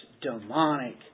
demonic